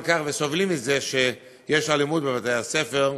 כך וסובלים מזה שיש אלימות בבתי-הספר,